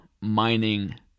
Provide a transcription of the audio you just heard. mining